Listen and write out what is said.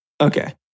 Okay